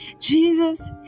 Jesus